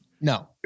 No